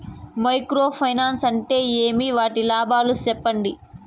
Micro finance అంటే ఏమి? వాటి లాభాలు సెప్పండి?